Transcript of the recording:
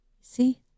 See